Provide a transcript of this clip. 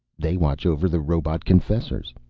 they watch over the robot-confessors.